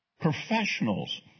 Professionals